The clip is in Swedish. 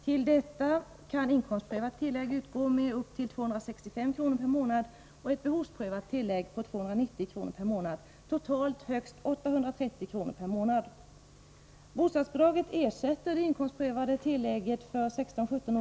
Till detta kan inkomstprövat tillägg utgå med upp till 265 kr. månad, totalt högst 830 kr./månad.